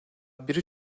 bir